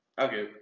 Okay